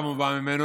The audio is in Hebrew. כמובן,